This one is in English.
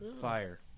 Fire